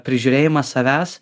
prižiūrėjimas savęs